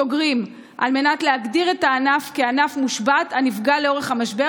סוגרים על מנת להגדיר את הענף כענף מושבת הנפגע לאורך המשבר,